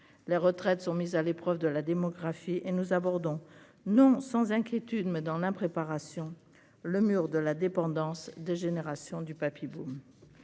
les retraites sont mises à l'épreuve de la démographie et nous abordons, non sans inquiétude, mais dans l'impréparation, le mur de la dépendance de génération du papy-boom